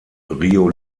rio